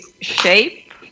shape